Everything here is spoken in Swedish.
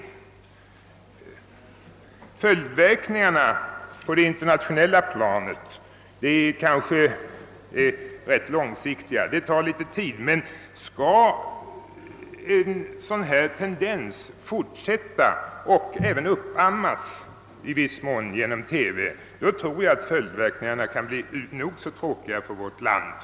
Innan följdverkningarna på det internationella planet gör sig märkbara tar det kanske litet tid. Men om en sådan här tendens fortsätter att uppammas genom TV tror jag att följdverkningarna för vårt land kan bli nog så tråkiga.